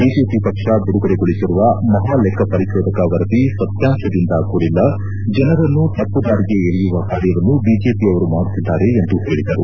BJP ಪಕ್ಷ ಬಿಡುಗಡೆಗೊಳಬರುವ ಮಹಾಲೆಕ್ಕ ಪರಿಶೋಧಕ ವರದಿ ಸತ್ಕಾಂಕದಿಂದ ಕೂಡಿಲ್ಲಜನರನ್ನು ತಪ್ಪು ದಾರಿಗೆ ಎಳೆಯುವ ಕಾರ್ಯವನ್ನು ಬಿಜೆಪಿಯವರು ಮಾಡುತ್ತಿದ್ದಾರೆ ಎಂದು ಹೇಳಿದರು